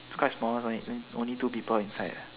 quite small it's like only two people inside leh